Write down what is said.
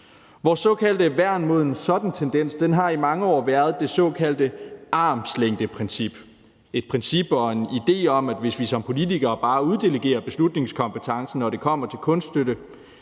Vores såkaldte værn mod en sådan tendens har i mange år været det såkaldte armslængdeprincip. Det er et princip og en idé om, at hvis vi som politikere bare uddelegerer beslutningskompetencen, når det kommer til kunststøtte,